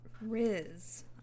riz